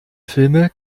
filme